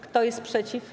Kto jest przeciw?